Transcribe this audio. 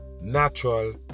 natural